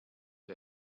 der